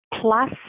plus